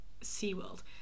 SeaWorld